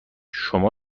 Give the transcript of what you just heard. شما